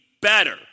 better